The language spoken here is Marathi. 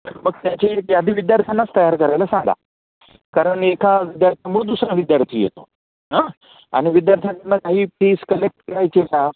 तर मग त्याची यादी विद्यार्थ्यांनाच तयार करायला सांगा कारण एका विद्यार्थ्यांमुळं दुसरा विद्यार्थी येतो हां आणि विद्यार्थ्यांना काही फीज कलेक्ट करायची आहे का